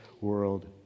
world